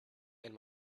and